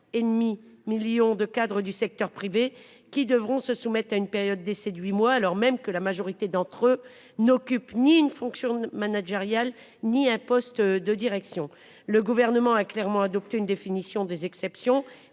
et demi million de cadres du secteur privé qui devront se soumettre à une période d'essai d'huit mois alors même que la majorité d'entre eux n'occupe ni une fonction managériale ni un poste de direction. Le gouvernement a clairement adopté une définition des exceptions